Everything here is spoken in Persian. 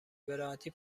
براحتی